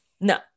no